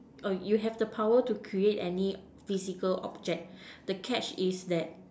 oh you have the power to create any physical object the catch is that